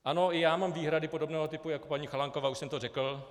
Ano, i já mám výhrady podobného typu jako paní Chalánková, už jsem to řekl.